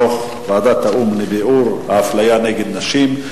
דוח ועדת האו"ם לביעור האפליה נגד נשים,